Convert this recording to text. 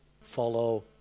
follow